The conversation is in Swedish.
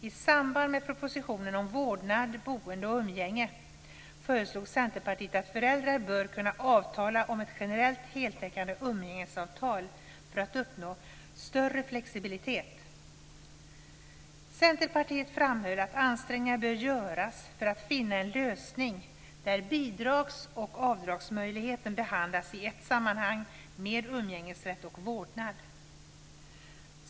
I samband med propositionen om vårdnad, boende och umgänge föreslog Centerpartiet att föräldrar bör kunna avtala om ett generellt, heltäckande umgängesavtal för att uppnå större flexibilitet. Centerpartiet framhöll att ansträngningar bör göras för att finna en lösning där bidragsoch avdragsmöjligheten behandlas i ett sammanhang med umgängesrätt och vårdnad.